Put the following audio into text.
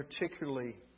particularly